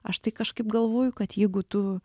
aš tai kažkaip galvoju kad jeigu tu